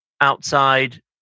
outside